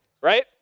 right